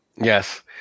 Yes